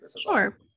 Sure